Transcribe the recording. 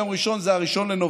ביום ראשון זה 1 בנובמבר,